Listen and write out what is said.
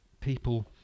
people